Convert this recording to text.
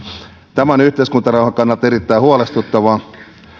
tämä on yhteiskuntarauhan kannalta erittäin huolestuttavaa